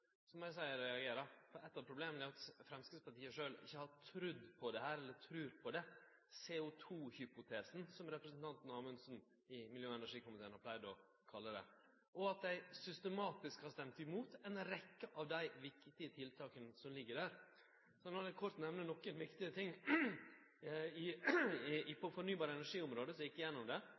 så må eg seie at eg reagerer, for eit av problema er at Framstegspartiet sjølv ikkje trur på «CO2-hypotesen», som representanten Amundsen i miljø- og energikomiteen har pleidd å kalle det, og systematisk har stemt imot ei rekkje av dei viktige tiltaka som ligg der. Så må eg kort nemne nokre viktige ting. På fornybar energi-området gjekk eg igjennom dette: Vi har grøne sertifikat som